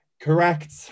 Correct